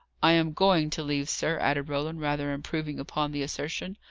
i am going to leave, sir, added roland, rather improving upon the assertion.